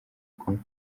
kumwe